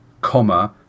comma